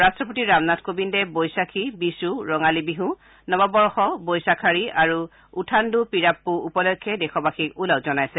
ৰাট্টপতি ৰামনাথ কোবিন্দে বৈশাখী বিষু ৰঙালীবিছু নৱবৰ্ষ বৈশাখাৰী আৰু উথাণ্ডু পিৰাপ্পু উপলক্ষে দেশবাসীক ওলগ জনাইছে